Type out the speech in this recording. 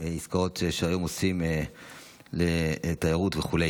עסקאות שהיום עושים בתיירות וכו'.